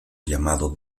llamado